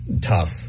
tough